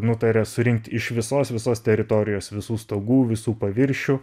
nutarė surinkti iš visos visos teritorijos visų stogų visų paviršių